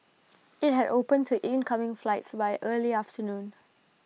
IT had opened to incoming flights by early afternoon